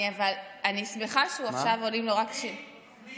אני שמחה שעולים לו עכשיו רק שירים, תני